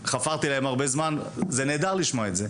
שחפרתי להם הרבה זמן וזה נהדר לשמוע את זה.